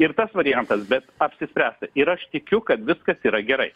ir tas variantas bet apsispręsta ir aš tikiu kad viskas yra gerai